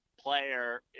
player